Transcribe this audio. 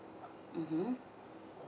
mmhmm